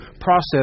process